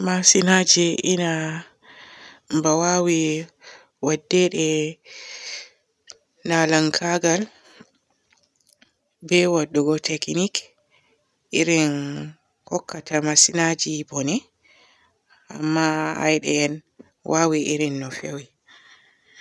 Masiinaji iya ba waawi waddede lalankagal be waadugo teknik irin hokkata masiinaji bone amma ay be'en waawii irin no fewii.